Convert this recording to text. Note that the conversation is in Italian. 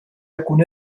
alcun